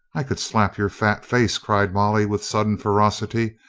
i could slap your fat face, cried molly with sudden ferocity,